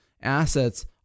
assets